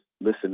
listen